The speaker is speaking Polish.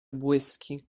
błyski